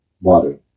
Water